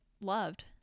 loved